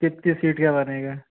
कितनी सीट का बनेगा